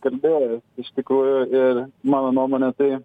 kalbėję iš tikrųjų ir mano nuomone tai